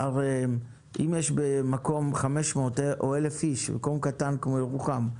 אם במקום קטן כמו ירוחם יש 500 או 1,000 איש,